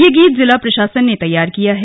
यह गीत जिला प्रशासन ने तैयार किया है